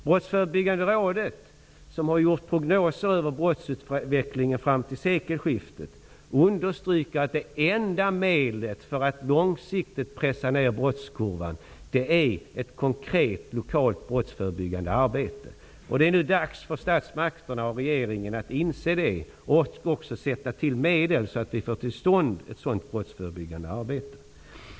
Brottsförebyggande rådet, som har gjort prognoser över brottsutvecklingen fram till sekelskiftet, understryker att det enda medlet för att långsiktigt pressa ned brottskurvan är ett konkret, lokalt brottsförebyggande arbete. Det är nu dags för statsmakterna och regeringen att inse det och att sätta till medel så att vi får till stånd ett sådant brottsförebyggande arbete.